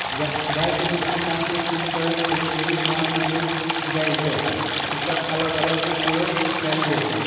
गाइ के दूध किसान से किन कऽ शोझे डेयरी फारम में देल जाइ जतए एकर अलग अलग उपयोग कएल गेल